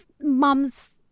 moms